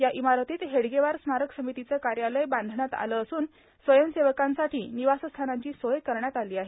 या इमारतीत हेडगेवार स्मारक समितीचं कार्यालय बांधण्यात आलं असून स्वयंसेवकांसाठी निवासस्थानांची सोय करण्यात आली आहे